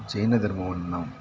ಜೈನ ಧರ್ಮವನ್ನು ನಾವು